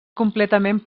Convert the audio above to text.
completament